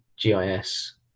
gis